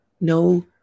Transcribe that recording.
No